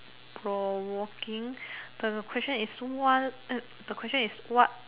for working the question is wha~ eh the question is what